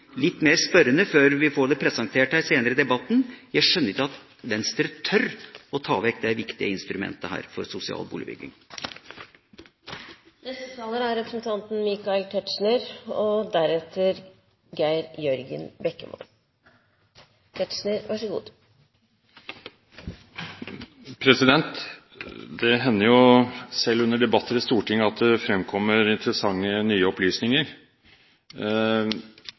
litt mer spørrende før vi får det presentert her senere i debatten. Jeg skjønner ikke at Venstre tør å ta vekk dette viktige instrumentet for sosial boligbygging. Det hender – selv under debatter i Stortinget – at det fremkommer interessante, nye opplysninger. Jeg viser til forrige talers innlegg og det han der sa om at man i